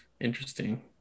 Interesting